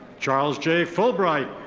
charles j. fulbright.